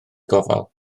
gofal